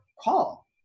call